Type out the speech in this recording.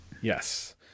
Yes